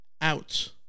out